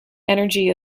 energy